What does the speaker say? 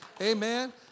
Amen